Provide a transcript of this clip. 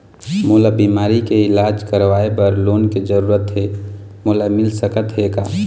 मोला बीमारी के इलाज करवाए बर लोन के जरूरत हे मोला मिल सकत हे का?